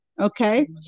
Okay